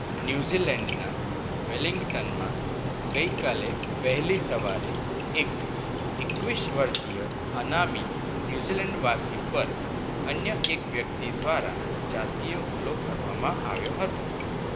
ન્યુઝીલેન્ડના વેલિંગ્ટનમાં ગઈકાલે વહેલી સવારે એક એકવીસ વર્ષીય અનામી ન્યુઝીલેન્ડવાસી પર અન્ય એક વ્યક્તિ દ્વારા જાતીય હુમલો કરવામાં આવ્યો હતો